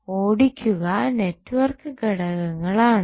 ഓടിക്കുക നെറ്റ്വർക്ക് ഘടകങ്ങൾ ആണ്